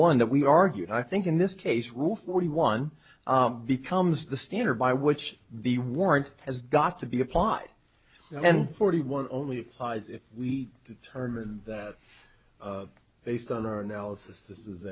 one that we argued i think in this case rule forty one becomes the standard by which the warrant has got to be applied and then forty one only applies if we determine that based on our analysis this is